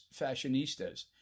fashionistas